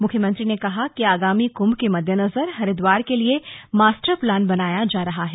मुख्यमंत्री ने कहा कि आगामी कुंभ के मद्देनजर हरिद्वार के लिए मास्टर प्लान बनाया जा रहा है